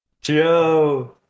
Joe